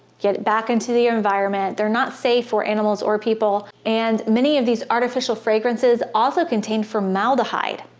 get back into the environment. they're not safe for animals or people and many of these artificial fragrances also contain formaldehyde,